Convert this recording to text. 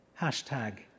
hashtag